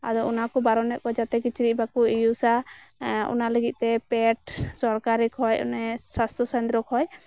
ᱟᱫᱚ ᱚᱱᱟ ᱠᱚ ᱵᱟᱨᱚᱱᱮᱜ ᱠᱚ ᱡᱮ ᱠᱤᱪᱨᱤᱜ ᱵᱟᱠᱚ ᱤᱭᱩᱡᱟ ᱚᱱᱟ ᱞᱟᱹᱜᱤᱫ ᱛᱮ ᱯᱮᱰ ᱥᱚᱨᱠᱟᱨᱤ ᱠᱷᱚᱡ ᱚᱱᱮ ᱥᱟᱥᱛᱚ ᱠᱮᱱᱫᱽᱨᱚ ᱠᱷᱚᱡ